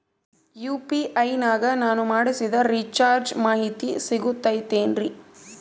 UPI ನಾಗ ನಾನು ಮಾಡಿಸಿದ ರಿಚಾರ್ಜ್ ಮಾಹಿತಿ ಸಿಗುತೈತೇನ್ರಿ?